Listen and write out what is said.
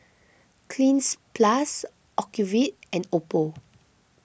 Cleanz Plus Ocuvite and Oppo